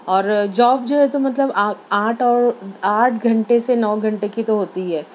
اور جاب جو ہے تو مطلب آٹھ اور آٹھ گھنٹے سے نو گھنٹے کی تو ہوتی ہے